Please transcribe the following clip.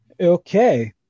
Okay